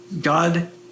God